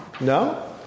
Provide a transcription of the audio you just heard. No